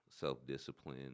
self-discipline